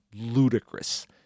ludicrous